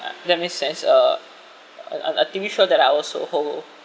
that makes sense uh a a a T_V show that I also hold